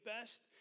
best